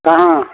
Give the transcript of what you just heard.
कहाँ